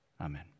Amen